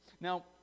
Now